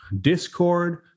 discord